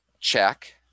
check